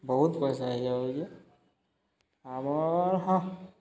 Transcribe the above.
ବହୁତ୍ ପଏସା ହେଇଯାଉଛେ ଆପଣ୍ ହଁ